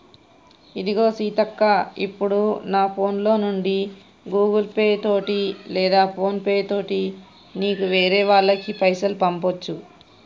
ఇదిగో సీతక్క ఇప్పుడు నా ఫోన్ లో నుండి గూగుల్ పే తోటి లేదా ఫోన్ పే తోటి నీకు వేరే వాళ్ళకి పైసలు పంపొచ్చు